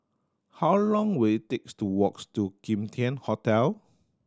how long will it takes to walks to Kim Tian Hotel